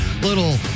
little